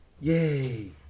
Yay